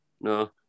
No